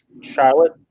Charlotte